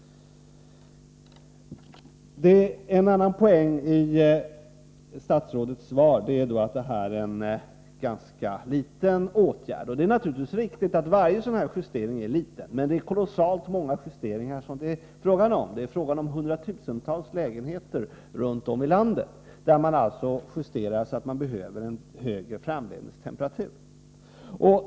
En annan poäng statsrådets svar är att detta är en ganska liten åtgärd. Det är naturligtvis riktigt att varje sådan här justering är liten. Men det är kolossalt många justeringar som det är fråga om — det är fråga om hundratusentals lägenheter runt om i landet, där man alltså justerar för att man behöver en högre framledningstemperatur.